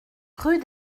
rue